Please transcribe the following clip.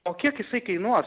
o kiek jisai kainuos